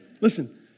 Listen